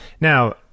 Now